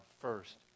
first